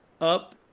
up